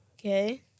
Okay